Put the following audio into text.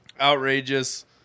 Outrageous